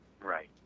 Right